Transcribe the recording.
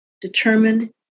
determined